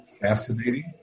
fascinating